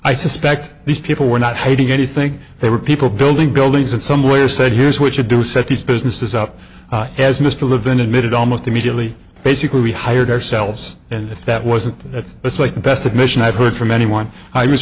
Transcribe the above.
i suspect these people were not hiding anything they were people building buildings and some lawyer said here's what you do set these businesses up as mr levin admitted almost immediately basically we hired ourselves and that wasn't that's that's like the best admission i've heard from anyone i was